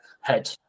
head